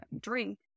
drink